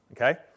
okay